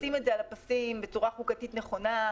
לשים את זה על הפסים בצורה חוקתית נכונה,